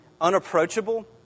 unapproachable